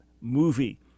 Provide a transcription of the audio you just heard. movie